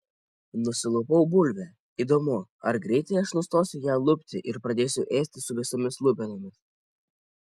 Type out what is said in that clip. nusilupau bulvę įdomu ar greitai aš nustosiu ją lupti ir pradėsiu ėsti su visomis lupenomis